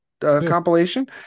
compilation